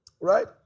right